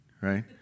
right